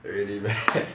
really meh